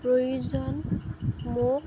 প্ৰয়োজন মোক